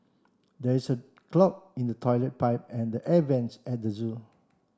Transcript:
there is a clog in the toilet pipe and the air vents at the zoo